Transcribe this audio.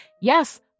yes